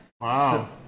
Wow